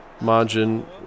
Margin